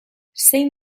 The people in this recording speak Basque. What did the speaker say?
zein